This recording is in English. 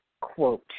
quote